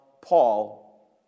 Paul